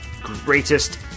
greatest